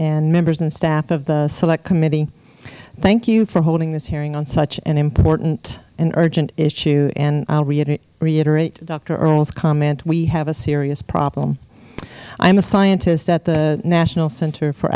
and members and staff of the select committee thank you for holding this hearing on such an important and urgent issue and i will reiterate doctor earle's comment we have a serious problem i am a scientist at the national center for